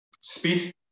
Speed